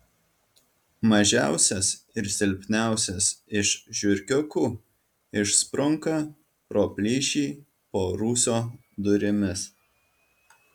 mažiausias ir silpniausias iš žiurkiukų išsprunka pro plyšį po rūsio durimis